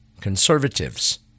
Conservatives